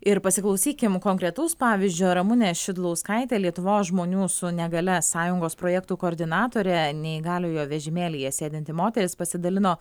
ir pasiklausykim konkretaus pavyzdžio ramunė šidlauskaitė lietuvos žmonių su negalia sąjungos projektų koordinatorė neįgaliojo vežimėlyje sėdinti moteris pasidalino